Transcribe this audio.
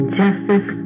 justice